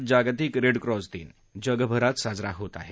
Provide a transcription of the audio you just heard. आज जागतिक रेडक्रॉस दिन जगभरात साजरा होत आहे